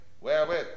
Wherewith